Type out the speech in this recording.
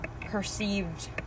perceived